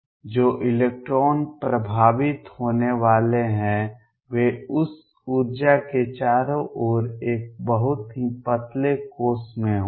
जो इलेक्ट्रॉन प्रभावित होने वाले हैं वे उस ऊर्जा के चारों ओर एक बहुत ही पतले कोश में होंगे